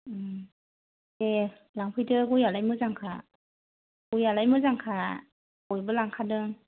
दे लांफैदो गयआलाय मोजांखा गयआलाय मोजांखा बयबो लांखादों